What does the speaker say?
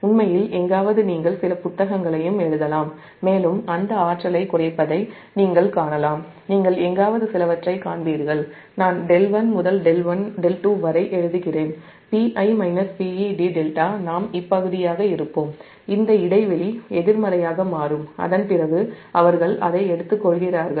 உண்மையில் எங்காவது நீங்கள் சில புத்தகங்களையும் எழுதலாம் மேலும் அந்த ஆற்றலைக் குறைப்பதை நீங்கள் காணலாம்நீங்கள் எங்காவது சிலவற்றைக் காண்பீர்கள் நான் δ1 முதல் δ2 வரை எழுதுகிறேன் dδநாம் இப்பகுதியாக இருப்போம் இந்த இடைவெளி எதிர்மறையாக மாறும் அதன் பிறகு அவர்கள் அதை எடுத்துக் கொள்கிறார்கள்